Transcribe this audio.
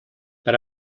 per